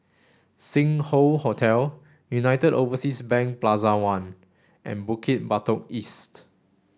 Sing Hoe Hotel United Overseas Bank Plaza One and Bukit Batok East